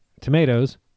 tomatoes